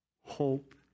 hope